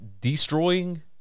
destroying